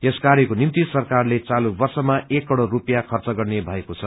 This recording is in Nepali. यस क्वयको निम्ति सरकारले चालू वर्षमा एक करोड़ रूपियाँ खंच गर्ने भएको छ